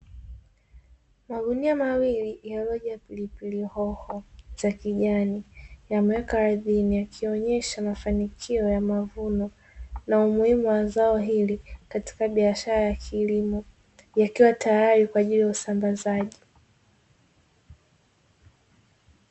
Magunia mawili yaliyojaa pilipili hoho za kijani yamewekwa ardhini yakionyesha mafanikio ya mavuno na umuhimu wa zao hili, katika biashara ya kilimo yakiwa tayari kwa ajili ya usambazaji.